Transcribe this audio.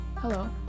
Hello